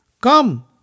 Come